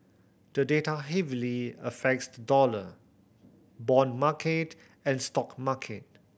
the data heavily affects the dollar bond market and stock market